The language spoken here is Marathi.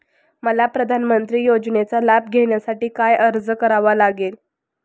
मला प्रधानमंत्री योजनेचा लाभ घेण्यासाठी काय अर्ज करावा लागेल?